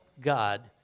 God